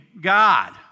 God